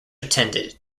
attended